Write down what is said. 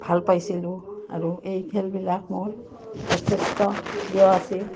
ভাল পাইছিলোঁ আৰু এই খেলবিলাক মোৰ যথেষ্ট প্ৰিয় আছিল